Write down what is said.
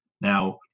Now